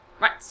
Right